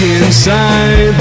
inside